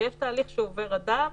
מדובר בתהליך